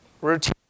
routine